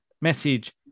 message